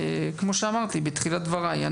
כמו שאמרתי בתחילת דבריי,